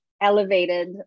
elevated